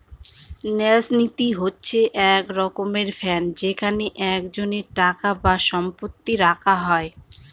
ন্যাস নীতি হচ্ছে এক রকমের ফান্ড যেখানে একজনের টাকা বা সম্পত্তি রাখা হয়